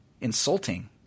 insulting